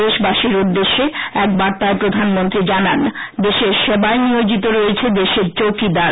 দেশবাসীর উদ্দেশ্যে এক বার্তায় প্রধানমন্ত্রী জানান দেশের সেবায় নিয়োজিত রয়েছে দেশের চৌকিদার